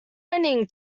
order